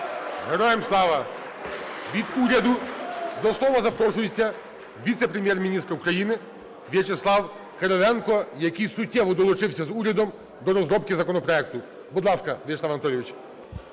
Героям Слава! Від уряду до слова запрошується віце-прем'єр-міністр України В'ячеслав Кириленко, який суттєво долучився з урядом до розробки законопроекту. Будь ласка, В'ячеслав Анатолійович.